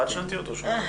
חד שנתי או דו שנתי?...